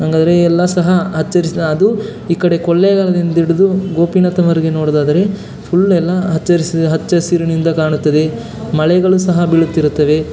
ಹಾಗಾದ್ರೆ ಎಲ್ಲ ಸಹ ಹಚ್ಚ ಹರಿಸು ಅದು ಈ ಕಡೆ ಕೊಳ್ಳೆಗಾಲದಿಂದ ಹಿಡಿದು ಗೋಪಿನಾಥಮ್ವರೆಗೆ ನೋಡುವುದಾದರೆ ಫುಲ್ ಎಲ್ಲ ಹಚ್ಚ ಹರಿಸು ಹಚ್ಚ ಹಸಿರಿನಿಂದ ಕಾಣುತ್ತದೆ ಮಳೆಗಳು ಸಹ ಬೀಳುತ್ತಿರುತ್ತವೆ